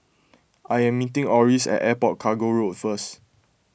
I am meeting Orris at Airport Cargo Road first